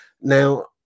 Now